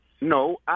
No